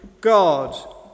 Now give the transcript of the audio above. God